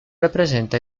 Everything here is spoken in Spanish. representa